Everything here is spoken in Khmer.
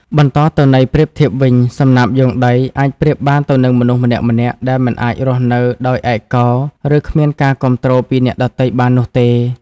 បន្តទៅន័យប្រៀបធៀបវិញ សំណាបយោងដី អាចប្រៀបបានទៅនឹងមនុស្សម្នាក់ៗ ដែលមិនអាចរស់នៅដោយឯកោ ឬគ្មានការគាំទ្រពីអ្នកដទៃបាននោះទេ។